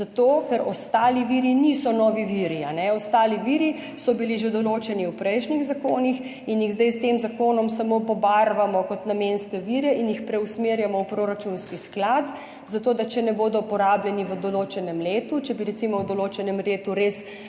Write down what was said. zato ker ostali viri niso novi viri. Ostali viri so bili že določeni v prejšnjih zakonih in jih zdaj s tem zakonom samo pobarvamo kot namenske vire in jih preusmerjamo v proračunski sklad, zato da če ne bodo porabljeni v določenem letu, če bi, recimo, v določenem letu res